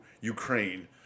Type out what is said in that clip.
Ukraine